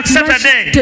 Saturday